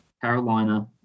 Carolina